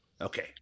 Okay